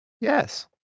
Yes